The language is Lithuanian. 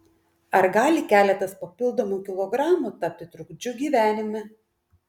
ar gali keletas papildomų kilogramų tapti trukdžiu gyvenime